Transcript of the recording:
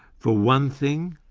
for one thing,